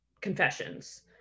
confessions